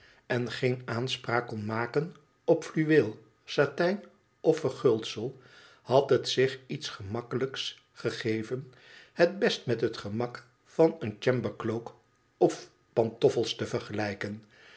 en geen aanspraak kon maken op fluweel satijn of verguldsel had het zich iets gemakkelijks gegeven het best met het gemak van een chambercloak of pantoffels te vergelijken